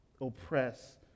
oppress